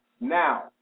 Now